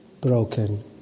broken